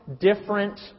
different